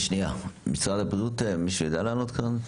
משרד הבריאות, מישהו יודע לענות כאן?